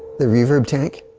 the reverb tank.